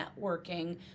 networking